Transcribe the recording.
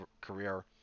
career